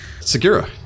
Segura